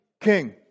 king